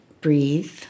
breathe